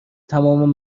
تمام